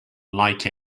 like